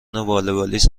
والیبالیست